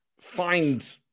find